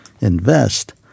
invest